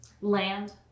land